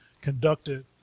conducted